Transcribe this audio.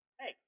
Hey